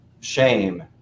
shame